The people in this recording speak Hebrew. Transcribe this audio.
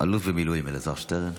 אלוף במילואים אלעזר שטרן.